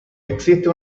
existe